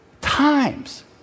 times